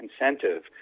incentive